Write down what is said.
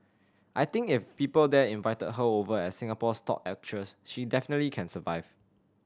I think if people there invited her over as Singapore's top actress she definitely can survive